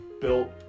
built